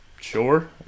Sure